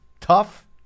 tough